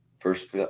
First